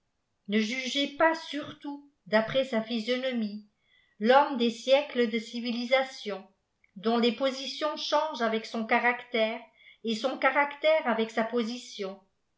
ne jugez pas surtout d après sa physionomie l'homme des siè des de civilisation dont les positions changent avec son caractère et son caractère avec sa position